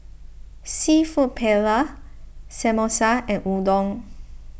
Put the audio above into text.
Seafood Paella Samosa and Udon